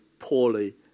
poorly